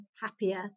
happier